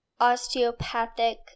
Osteopathic